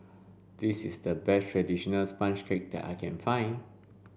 this is the best traditional sponge cake that I can find